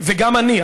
וגם אני,